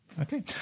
okay